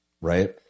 right